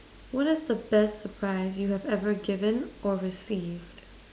what is the best surprise you have ever given or received